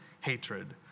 hatred